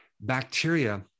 bacteria